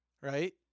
Right